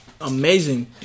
amazing